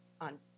on